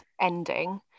ending